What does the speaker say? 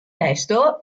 testo